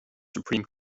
supreme